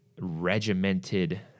regimented